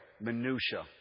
minutiae